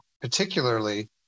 particularly